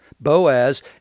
Boaz